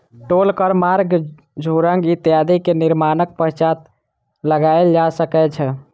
टोल कर मार्ग, सुरंग इत्यादि के निर्माणक पश्चात लगायल जा सकै छै